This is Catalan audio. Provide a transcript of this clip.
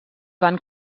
van